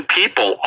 people